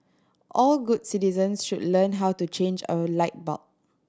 all good citizens should learn how to change a light bulb